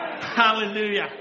Hallelujah